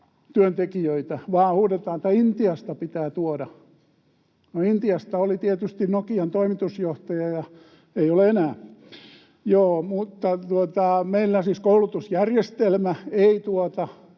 työntekijöitä, vaan huudetaan, että Intiasta pitää tuoda. No, Intiasta oli tietysti Nokian toimitusjohtaja, mutta ei ole enää. Meillä siis koulutusjärjestelmä ei tuota